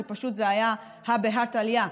כי פשוט זה היה הא בהא תליא,